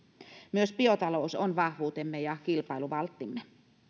myös biotalous on vahvuutemme ja kilpailuvalttimme